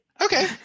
okay